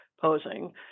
posing